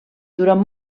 durant